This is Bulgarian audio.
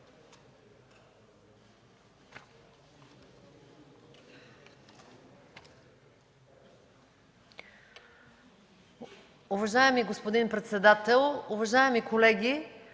Уважаеми господин председател, уважаеми колеги!